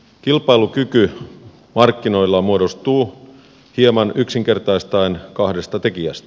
kilpailukyky markkinoilla muodostuu hieman yksinkertaistaen kahdesta tekijästä